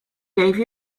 gave